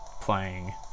playing